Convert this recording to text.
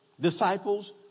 disciples